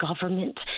government